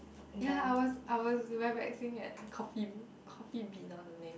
ya I was I was at coffee bean coffee bean or something